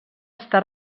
està